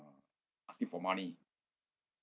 asking for money